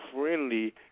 friendly